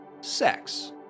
sex